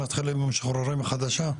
לשכונת חיילים המשוחררים החדשה?